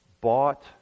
bought